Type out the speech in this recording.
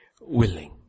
willing